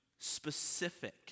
specific